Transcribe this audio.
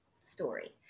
story